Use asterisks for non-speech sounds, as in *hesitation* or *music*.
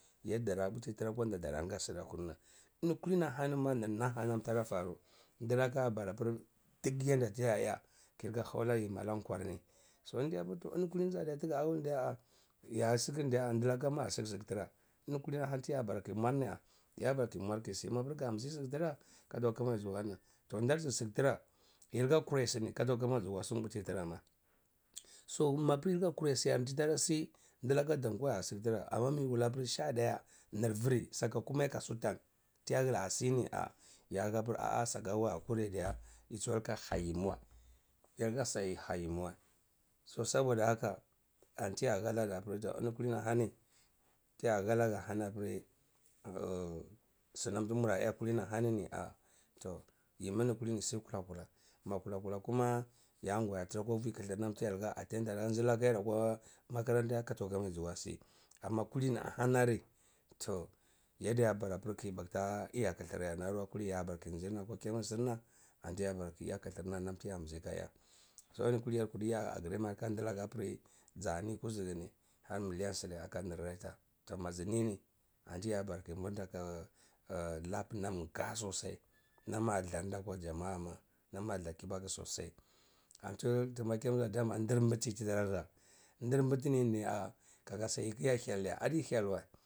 Anti yi tara knamda daranga sdarna ini kulini ehani ma nr naha nam tara faru dlaka ar bara apr dk yanda tiya aya kiyi ika hanla yimi la nkwar so ni ndai pr tou ini zadiya tgawulni ndya ask andla ka asiya sk tra ini kuliniahani tiya bara kiyi mwarniya ya bara kiyi mwar kiyisi mapr kambzi sunwa sk tra kaka kama zuwa mwarna ton ndar sk tra yi lka kurai sini kwataku kama nsi nwa puti trama so mapri yika kurai matiyi tara si ndlaka tum kuwa a sk tra amma miyi wula apr sha daya mr vri saka kumae ka sutan na gra sini ar ya hapr a’a saka wa akurai diya yi swaka ha yimiwae yalika sni hayimi wae so saboda haha antiya hanaga apri tonini kulini aheni tiya hene ga ahani apr *hesitation* snam tmura hya kulini ahani ni ar toh yimi ni kulini sni kula kala makylakule kuma yangui yatra akwa kthrna nam tiyar da na agenda la nelaka yar akwa makaranta kama katan kama ya zgwa si amma kulini ahanari ton yadiya bara pr kiyita eya kthrnarwa kulini ya bara kiyi nzirna akwa chemist sirna antiya bara kiyi eya kthrnar wa kulini ya bara kiyi nzirna akwa chemist sirna antiya bara kiyi eya kthrna namti yambzi ka eya so ini kulini yar kurdi eya agreement aka ndlaka apri zani kuzuguni aka miliyan sda aka reta ton mazlini antiya bara kiyi mburnta aka labnam nga sosai nam a darnta kura jama’a ma nam adtha kibaku sosai anti thma chemist ndir tnbchi tdara ha ndr mbtini ar aka si eya thyay wa adi thyal wa.